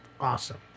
awesome